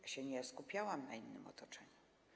Ja się nie skupiałam na innym otoczeniu.